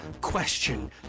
question